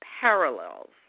parallels